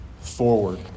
forward